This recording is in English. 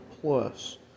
plus